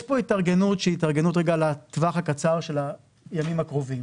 יש פה התארגנות שהיא התארגנות לטווח הקצר של הימים הקרובים.